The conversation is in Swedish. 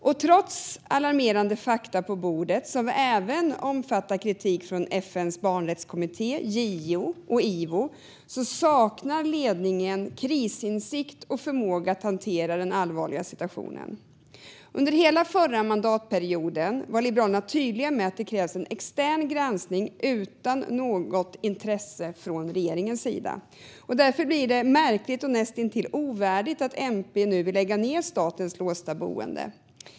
Och trots alarmerande fakta på bordet som även omfattar kritik från FN:s barnrättskommitté, JO och Ivo saknar ledningen krisinsikt och förmåga att hantera den allvarliga situationen. Under hela förra mandatperioden var Liberalerna tydliga med att det krävs en extern granskning - utan något intresse från regeringens sida. Därför blir det märkligt och näst intill ovärdigt att MP nu vill lägga ned statens låsta boenden.